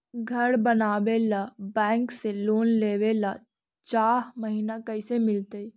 घर बनावे ल बैंक से लोन लेवे ल चाह महिना कैसे मिलतई?